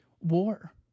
war